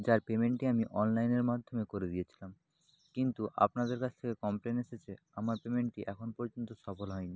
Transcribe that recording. যার পেমেন্টটি আমি অনলাইনের মাধ্যমে করে দিয়েছিলাম কিন্তু আপনাদের কাছ থেকে কমপ্লেন এসেছে আমার পেমেন্টটি এখন পর্যন্ত সফল হয় নি